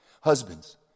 Husbands